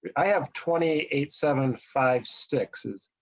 i have twenty eight seven five sixes.